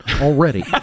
already